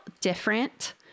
different